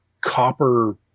copper